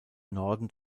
norden